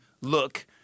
look